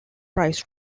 price